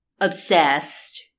obsessed